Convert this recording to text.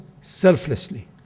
selflessly